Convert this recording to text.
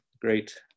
great